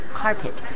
carpet